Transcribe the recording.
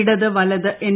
ഇടത് വലത് എൻ